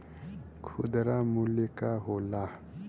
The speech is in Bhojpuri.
खुदरा मूल्य का होला?